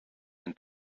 and